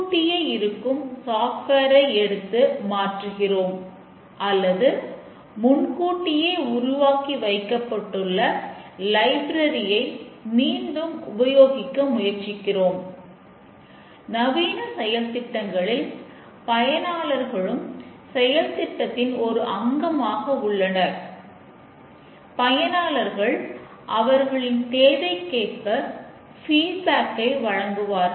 அதிக மனித ஆற்றலை உபயோகிப்பதால் டெஸ்டிங்கான செய்வதற்காக 100 பகுப்பாளர்களை வரிசைப்படுத்த முடியாது